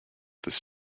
this